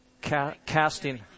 casting